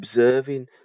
observing